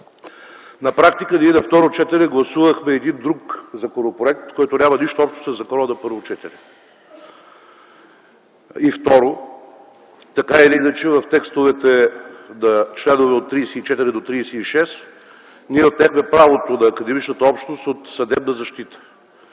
На практика ние на второ четене гласувахме един друг законопроект, който няма нищо общо със закона на първо четене. Второ, така или иначе в текстовете на членове от 34 до 36 ние отнехме правото на академичната общност от съдебна защита.